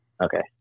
Okay